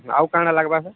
ଆଉ କାଣା ଲାଗବା ସାର୍